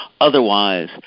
Otherwise